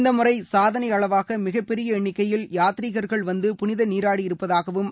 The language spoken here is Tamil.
இந்த முறை சாதனை அளவாக மிகப்பெரிய எண்ணிக்கையில் யாத்ரிகர்கள் வந்து புனித நீராடி இருப்பதாக அவர் கூறினார்